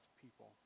people